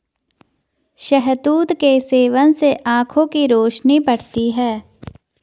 शहतूत के सेवन से आंखों की रोशनी बढ़ती है